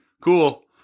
cool